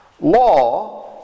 Law